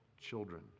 children